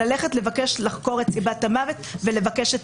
ולבקש לחקור את סיבת המוות ולבקש את